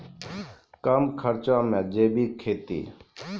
कम खर्च मे जैविक खेती?